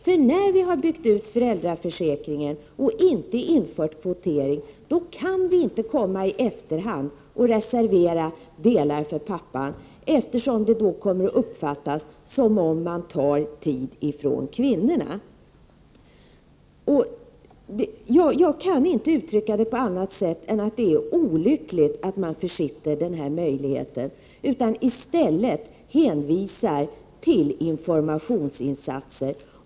När vi väl har byggt ut föräldraförsäkringen och inte infört kvotering, kan vi inte i efterhand reservera delar för pappan, eftersom det då kommer att uppfattas så att vi tar tid från kvinnan. Det är olyckligt att man försitter den här möjligheten och i stället hänvisar till informationsinsatser.